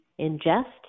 ingest